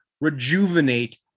rejuvenate